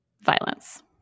violence